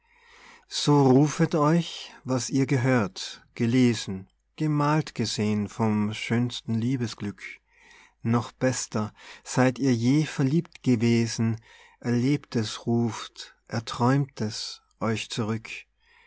so rufet euch was ihr gehört gelesen gemalt gesehn von schönstem liebesglück noch bester seid ihr je verliebt gewesen erlebtes ruft erträumtes euch zurück